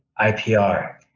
IPR